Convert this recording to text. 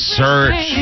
search